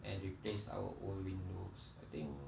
and replace our old windows I think